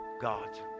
God